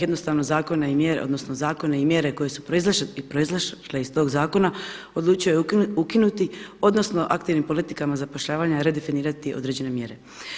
Jednostavno zakone i mjere, odnosno zakone i mjere koje su proizašle iz tog zakona odlučio je ukinuti, odnosno aktivnim politikama zapošljavanja redefinirati određene mjere.